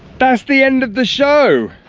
that's the end of the show!